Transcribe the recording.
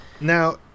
Now